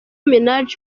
minaj